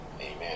amen